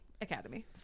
academy